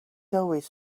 always